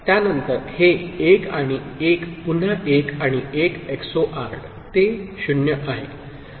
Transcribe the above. त्यानंतर हे 1 आणि 1 पुन्हा 1 आणि 1 XORed ते 0 आहे